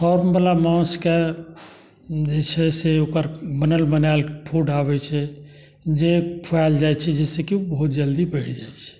फर्मवला माँछके जे छै से ओकर बनल बनायल फूड आबैत छै जे खुआयल जाइत छै जाहिसँ कि ओ बहुत जल्दी बढ़ि जाइत छै